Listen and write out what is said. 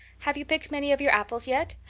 have you picked many of your apples yet?